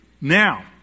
Now